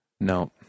No